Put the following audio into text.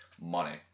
money